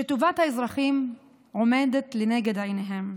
שטובת האזרחים עומדת לנגד עיניהם,